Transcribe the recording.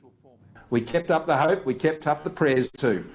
we kept up the hopes, we kept up the prayers too.